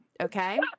Okay